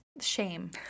shame